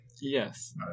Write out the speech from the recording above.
Yes